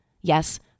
yes